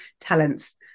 talents